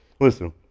listen